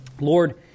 Lord